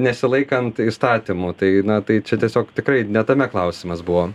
nesilaikant įstatymų tai na tai čia tiesiog tikrai ne tame klausimas buvo